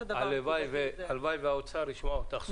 הלוואי והאוצר ישמע אותך סוף סוף.